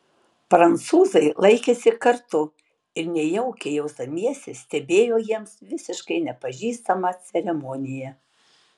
prancūzai laikėsi kartu ir nejaukiai jausdamiesi stebėjo jiems visiškai nepažįstamą ceremoniją